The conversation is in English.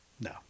No